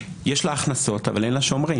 יש לה הכנסות אבל אין לה שומרים.